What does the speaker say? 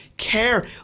care